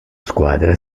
squadra